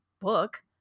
book